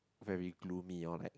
very gloomy or like